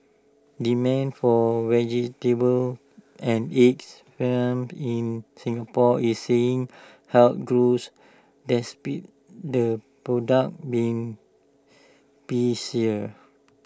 demand for vegetables and eggs farmed in Singapore is seeing health growth despite the product being pricier